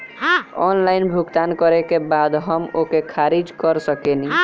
Online भुगतान करे के बाद हम ओके खारिज कर सकेनि?